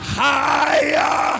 higher